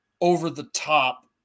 over-the-top